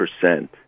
percent